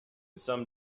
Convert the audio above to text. some